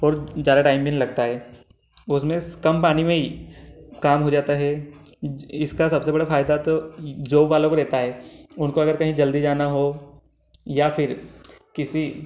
और ज़्यादा टाइम भी नहीं लगता है उसमें कम पानी में ही काम हो जाता है इसका सबसे बड़ा फ़ायदा तो जॉब वालों को रहता है उनको अगर कहीं जल्दी जाना हो या फिर किसी